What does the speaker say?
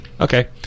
Okay